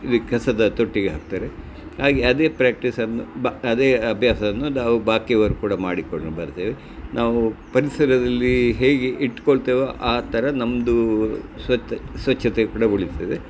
ಇದು ಕಸದ ತೊಟ್ಟಿಗೆ ಹಾಕ್ತಾರೆ ಹಾಗೆ ಅದೇ ಪ್ರ್ಯಾಕ್ಟಿಸನ್ನು ಬಾ ಅದೇ ಅಭ್ಯಾಸವನ್ನು ನಾವು ಬಾಕಿಯವರು ಕೂಡ ಮಾಡಿಕೊಂಡು ಬರ್ತೇವೆ ನಾವು ಪರಿಸರದಲ್ಲಿ ಹೇಗೆ ಇಟ್ಕೊಳ್ತೇವೋ ಆ ಥರ ನಮ್ಮದು ಸ್ವಚ್ಛ ಸ್ವಚ್ಛತೆ ಕೂಡ ಉಳಿತದೆ